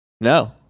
No